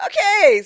Okay